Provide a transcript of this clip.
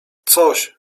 coś